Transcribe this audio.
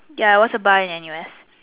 ya there was a bar in N_U_S